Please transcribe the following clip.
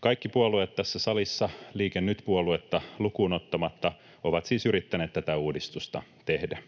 Kaikki puolueet tässä salissa, Liike Nyt ‑puoluetta lukuun ottamatta, ovat siis yrittäneet tätä uudistusta tehdä.